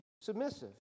submissive